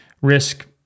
risk